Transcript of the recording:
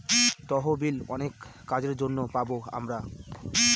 তহবিল অনেক কাজের জন্য পাবো আমরা